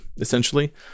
essentially